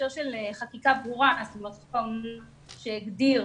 חקיקה ברורה שתגדיר